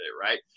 right